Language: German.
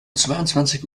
zweiundzwanzig